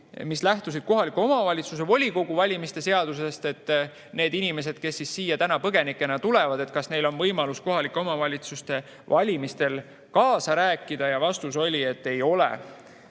mis lähtusid kohaliku omavalitsuse volikogu valimise seadusest. Kas neil inimestel, kes siia põgenikena tulevad, on võimalus kohaliku omavalitsuse valimistel kaasa rääkida? Vastus oli, et ei ole.